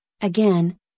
Again